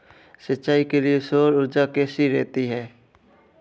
सिंचाई के लिए सौर ऊर्जा कैसी रहती है?